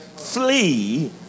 flee